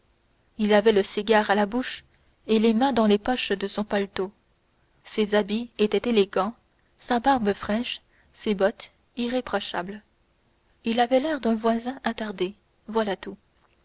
il avait le cigare à la bouche et les mains dans les poches de son paletot ses habits étaient élégants sa barbe fraîche ses bottes irréprochables il avait l'air d'un voisin attardé voilà tout